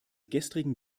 gestrigen